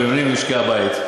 הבינוניים ומשקי-הבית.